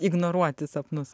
ignoruoti sapnus